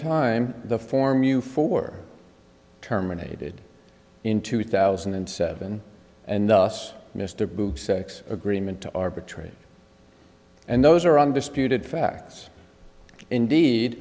time the form you for terminated in two thousand and seven and thus mr blue six agreement to arbitrate and those are undisputed facts indeed